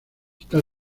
está